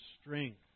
strength